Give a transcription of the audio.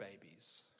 babies